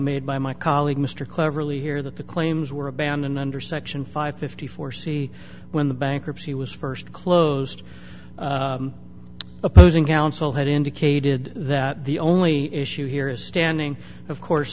made by my colleague mr cleverly here that the claims were abandoned under section five fifty four c when the bankruptcy was first closed opposing counsel had indicated that the only issue here is standing of course